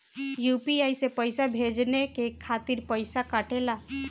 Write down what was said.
UPI से पइसा भेजने के खातिर पईसा कटेला?